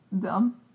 Dumb